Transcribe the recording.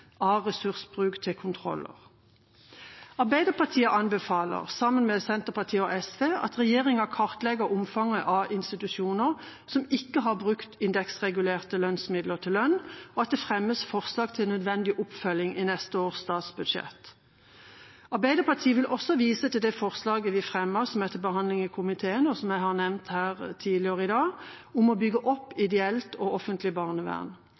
av ressursbruk til kontroller. Arbeiderpartiet anbefaler, sammen med Senterpartiet og SV, at regjeringa kartlegger omfanget av institusjoner som ikke har brukt indeksregulerte lønnsmidler til lønn, og at det fremmes forslag til nødvendig oppfølging i neste års statsbudsjett. Arbeiderpartiet vil også vise til det forslaget vi fremmet som er til behandling i komiteen, og som jeg har nevnt her tidligere i dag, om å bygge opp ideelt og offentlig barnevern.